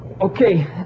Okay